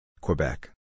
Quebec